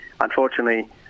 unfortunately